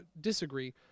disagree